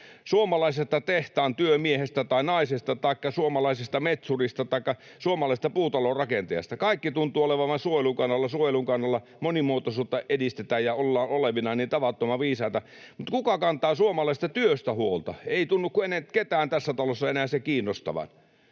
suomalaisesta tehtaan työmiehestä tai ‑naisesta taikka suomalaisesta metsurista taikka suomalaisesta puutalorakentajasta. Kaikki tuntuvat olevan vain suojelun kannalla, monimuotoisuutta edistetään ja ollaan olevinaan niin tavattoman viisaita. Mutta kuka kantaa suomalaisesta työstä huolta? Ei tunnu ketään tässä talossa enää se kiinnostavan.